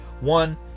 One